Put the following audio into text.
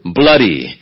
bloody